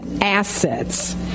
assets